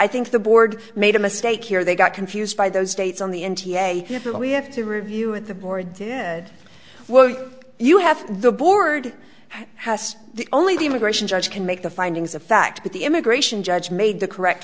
i think the board made a mistake here they got confused by those states on the n t a that we have to review with the board did well you have the board has the only the immigration judge can make the findings of fact that the immigration judge made the correct